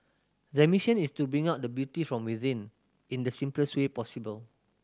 their mission is to bring out the beauty from within in the simplest way possible